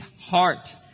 heart